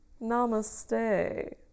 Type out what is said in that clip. Namaste